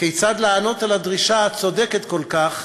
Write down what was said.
כיצד לענות על הדרישה, הצודקת כל כך,